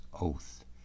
oath